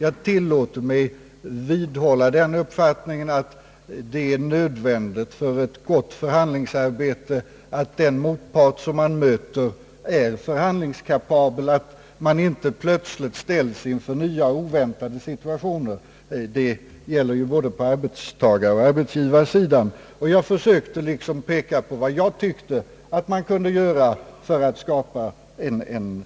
Jag tillåter mig vidhålla den uppfattningen att det är nödvändigt för ett gott förhandlingsarbete att den motpart man möter är förhandlingskapabel och att man inte plötsligt ställs inför nya och oväntade situationer — det gäller både för arbetstagaroch arbetsgivarsidan. Jag försökte även peka på vad jag tyckte man kunde göra för att skapa en